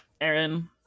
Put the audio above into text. Aaron